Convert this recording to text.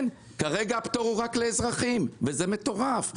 כרגע הפטור הוא רק לאזרחים, וזה מטורף.